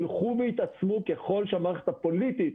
ילכו ויתעצמו ככל שהמערכת הפוליטית